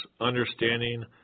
understanding